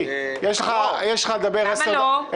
למה לא?